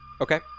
Okay